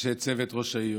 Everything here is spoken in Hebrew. אנשי צוות ראש העיר,